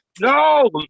No